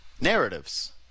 Narratives